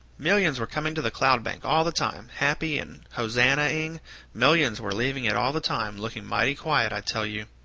millions were coming to the cloud-bank all the time, happy and hosannahing millions were leaving it all the time, looking mighty quiet, i tell you.